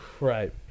Right